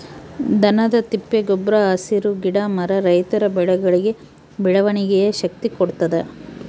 ದನದ ತಿಪ್ಪೆ ಗೊಬ್ರ ಹಸಿರು ಗಿಡ ಮರ ರೈತರ ಬೆಳೆಗಳಿಗೆ ಬೆಳವಣಿಗೆಯ ಶಕ್ತಿ ಕೊಡ್ತಾದ